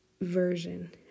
version